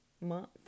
month